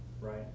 right